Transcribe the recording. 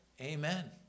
Amen